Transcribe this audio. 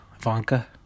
ivanka